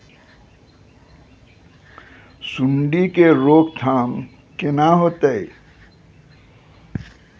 सुंडी के रोकथाम केना होतै?